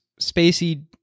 spacey